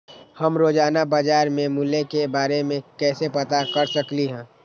हम रोजाना बाजार के मूल्य के के बारे में कैसे पता कर सकली ह?